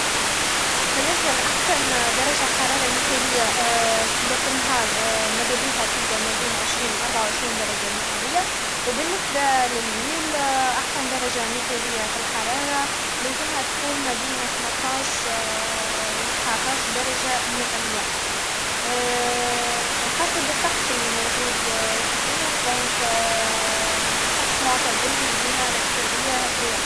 بالنسبه لاحسن درجه حراره مثاليه كي تبدا فالنهار مذابيها تبدا من عشرين الى ربعه و عشرين درجه مئويه و بالنسبه لليل احسن درجه مثاليه فالحراره هي لازمها تكون ما بين خمسطاش ولا تسعطاش درجه مئويه حسب الطقس لي موجود في تونس دونك طقس معتدل ديما الاكثريه هكايا